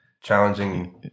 challenging